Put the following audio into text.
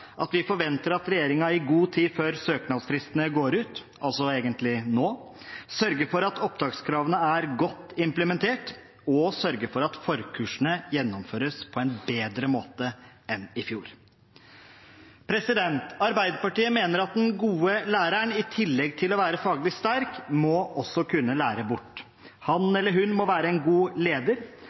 at vi forventer at regjeringen i god tid før søknadsfristene går ut – altså egentlig nå – sørger for at opptakskravene er godt implementert, og at forkursene gjennomføres på en bedre måte enn i fjor. Arbeiderpartiet mener at den gode læreren i tillegg til å være faglig sterk også må kunne lære bort. Han eller hun må være en god leder